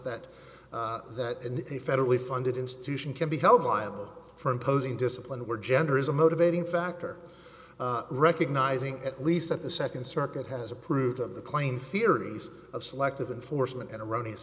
that in a federally funded institution can be held liable for imposing discipline were gender is a motivating factor recognizing at least at the second circuit has approved of the claim theories of selective enforcement and erroneous